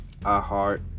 iHeart